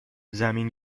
زمین